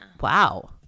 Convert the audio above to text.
Wow